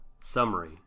summary